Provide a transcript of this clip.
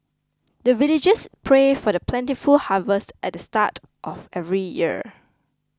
the villagers pray for plentiful harvest at the start of every year